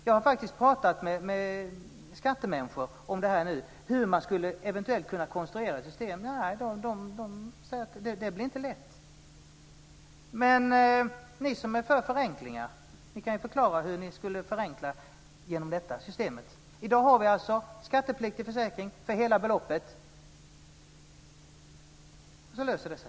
Jag har faktiskt pratat med skattemänniskor om hur man skulle kunna konstruera ett system. De säger att det inte blir lätt. Men ni som är för förenklingar kan ju förklara hur ni skulle förenkla genom detta system. I dag har vi skattepliktig försäkring för hela beloppet. Så löser det sig.